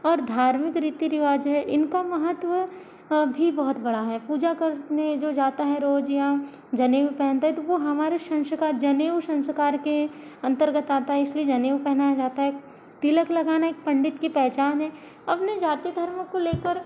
और धार्मिक रीति रिवाज है इनका महत्व अब भी बहुत बड़ा है पूजा करने जो जाता है रोजाना जनेऊ पहनता है तो वो हमारे संस्कार के जनेऊ संस्कार के अंतर्गत आता है इसलिए जनेऊ पहनाया जाता है तिलक लगाना एक पंडित की पहचान है अपने जाती धर्म को लेकर